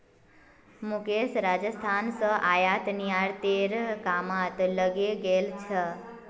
मुकेश राजस्थान स आयात निर्यातेर कामत लगे गेल छ